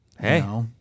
hey